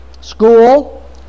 school